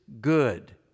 good